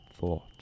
thought